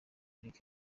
eric